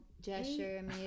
gesture